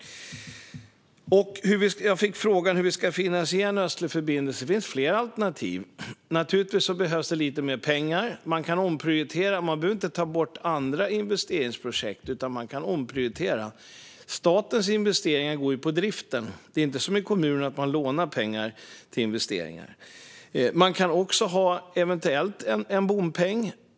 Jag fick frågan hur vi ska finansiera Östlig förbindelse. Det finns flera alternativ. Naturligtvis behövs det lite mer pengar. Man kan omprioritera så att man inte behöver ta bort andra investeringsprojekt. Statens investeringar går ju till driften. Det är inte som i kommunerna, att man lånar pengar till investeringar. Man kan också eventuellt ha en bompeng.